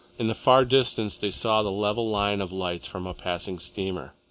in the far distance they saw the level line of lights from a passing steamer.